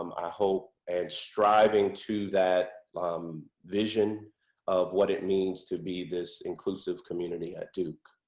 um i hope, and striving to that um vision of what it means to be this inclusive community at duke.